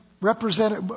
represented